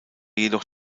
jedoch